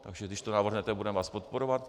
Takže když to navrhnete, budeme vás podporovat.